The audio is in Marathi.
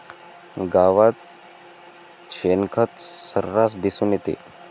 गावात शेणखत सर्रास दिसून येते